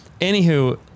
anywho